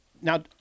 Now